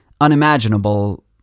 unimaginable